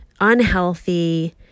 unhealthy